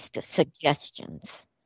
suggestions